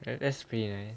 that's pretty nice